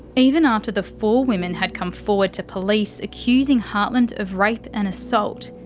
even after the four women had come forward to police accusing hartland of rape and assault.